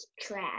trash